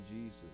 Jesus